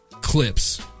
Clips